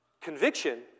Conviction